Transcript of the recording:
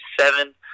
seven